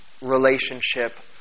relationship